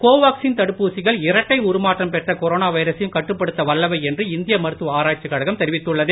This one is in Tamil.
கோவாக்சின் தடுப்பூசிகள் இரட்டை உருமாற்றம் பெற்ற கொரோனா வைரசையும் கட்டுப்படுத்த வல்லவை என்று இந்திய மருத்துவ ஆராய்ச்சி கழகம் தெரிவித்துள்ளது